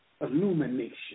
illumination